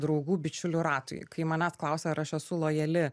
draugų bičiulių ratui kai manęs klausia ar aš esu lojali